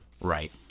Right